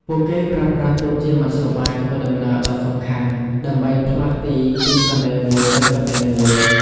ពួកគេប្រើប្រាស់ទូកជាមធ្យោបាយធ្វើដំណើរដ៏សំខាន់ដើម្បីផ្លាស់ទីពីកន្លែងមួយទៅកន្លែងមួយ។